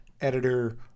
editor